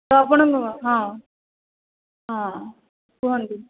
ତ ଆପଣ ହଁ ହଁ କୁହନ୍ତୁ